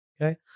Okay